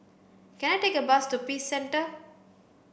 can I take a bus to Peace Centre